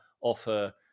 offer